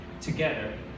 together